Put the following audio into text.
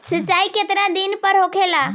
सिंचाई केतना दिन पर होला?